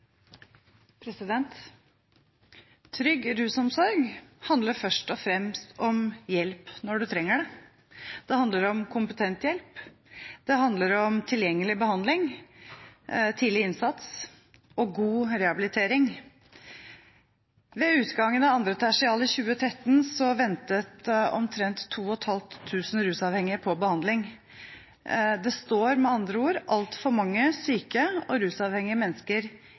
Trygg rusomsorg handler først og fremst om hjelp når du trenger det. Det handler om kompetent hjelp, det handler om tilgjengelig behandling, tidlig innsats og god rehabilitering. Ved utgangen av 2. tertial i 2013 ventet omtrent 2 500 rusavhengige på behandling. Det står med andre ord altfor mange syke og rusavhengige mennesker